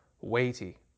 weighty